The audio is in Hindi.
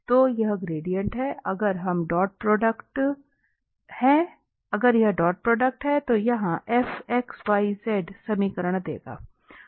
तो यह ग्रेडिएंट है अगर यह डॉट उत्पाद है तो यह समीकरण देगा